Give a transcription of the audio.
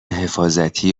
حفاظتی